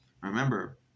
remember